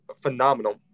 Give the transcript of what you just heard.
phenomenal